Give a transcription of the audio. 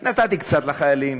נתתי קצת לחיילים